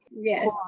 Yes